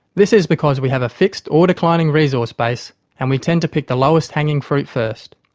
this is because we have a fixed or declining resource base and we tend to pick the lowest hanging fruit first.